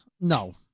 No